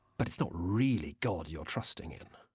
but it's not really god you're trusting in.